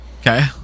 Okay